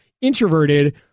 introverted